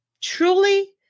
truly